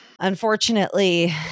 Unfortunately